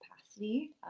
capacity